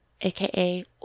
aka